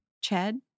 Chad